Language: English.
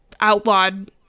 outlawed